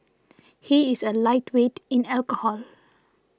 he is a lightweight in alcohol